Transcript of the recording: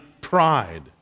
pride